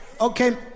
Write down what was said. Okay